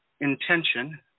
intention